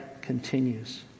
continues